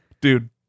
Dude